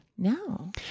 No